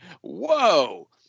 whoa